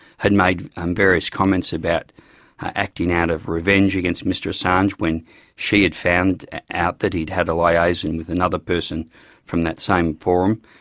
had made um various comments about acting out of revenge against mr assange when she had found out that he'd had a like liaison and with another person from that same forum,